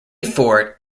fort